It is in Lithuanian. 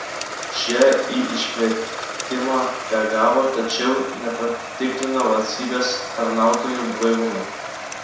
šie į iškvietimą reagavo tačiau nepatikrino valstybės tarnautojų blaivumo